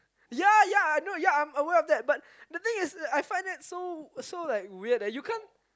yea yea no yea I'm aware of that but thing is that I find that so weird like you can't